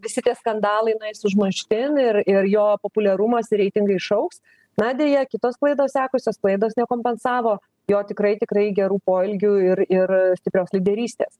visi tie skandalai nueis užmarštin ir ir jo populiarumas reitingai išaugs na deja kitos klaidos sekusios klaidos nekompensavo jo tikrai tikrai gerų poelgių ir ir stiprios lyderystės